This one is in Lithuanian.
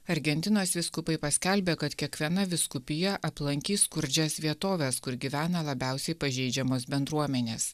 argentinos vyskupai paskelbė kad kiekviena vyskupija aplankys skurdžias vietoves kur gyvena labiausiai pažeidžiamos bendruomenės